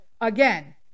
again